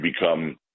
become